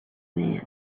man